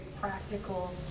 practical